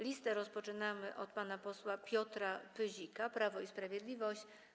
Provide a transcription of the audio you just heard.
Listę rozpoczynamy od pana posła Piotra Pyzika, Prawo i Sprawiedliwość.